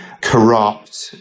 corrupt